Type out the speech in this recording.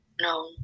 no